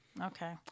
Okay